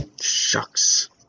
Shucks